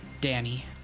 Danny